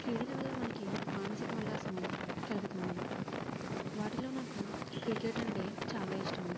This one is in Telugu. క్రీడల వల్ల మనకి మానసిక ఉల్లాసము కలుగుతున్నది వాటిలో నాకు క్రికెట్ అంటే చాలా ఇష్టము